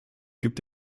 gibt